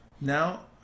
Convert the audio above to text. Now